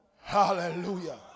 Hallelujah